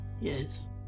yes